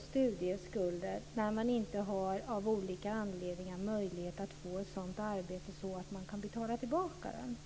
studieskulder när man inte har möjlighet att få ett sådant arbete att det går att betala tillbaka dem.